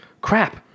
Crap